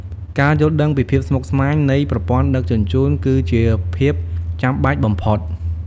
ការយល់ដឹងពីភាពស្មុគស្មាញនៃប្រព័ន្ធដឹកជញ្ជូន គឺជាភាពចាំបាច់បំផុត។